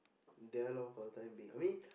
there lor for the time being I mean